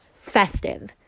festive